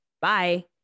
Bye